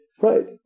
Right